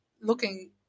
looking